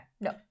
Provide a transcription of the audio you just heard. No